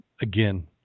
again